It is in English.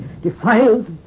defiled